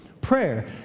Prayer